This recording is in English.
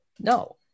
No